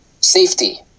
safety